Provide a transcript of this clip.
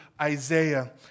Isaiah